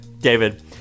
David